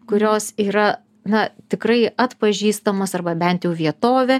kurios yra na tikrai atpažįstamos arba bent jau vietovė